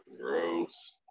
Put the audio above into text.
gross